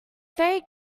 very